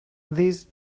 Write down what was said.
these